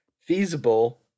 feasible